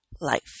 life